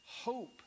hope